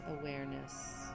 awareness